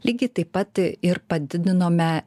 lygiai taip pat ir padidinome